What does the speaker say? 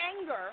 anger